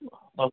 okay